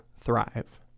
thrive